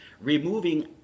removing